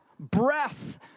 breath